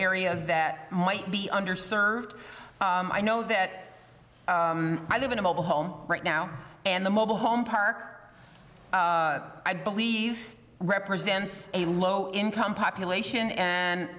area that might be underserved i know that i live in a mobile home right now and the mobile home park i believe represents a low income population and